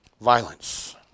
violence